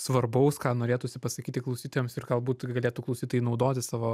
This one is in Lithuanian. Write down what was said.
svarbaus ką norėtųsi pasakyti klausytojams ir galbūt galėtų klausytojai naudoti savo